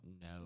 no